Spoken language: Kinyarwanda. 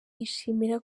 yishimira